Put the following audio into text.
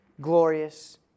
glorious